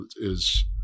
is-